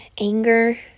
anger